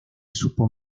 supo